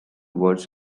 words